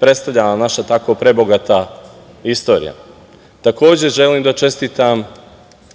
predstavljala naša tako prebogata istorija. Takođe, želim da čestitam